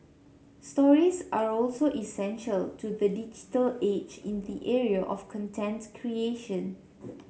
stories are also essential to the digital age in the area of contents creation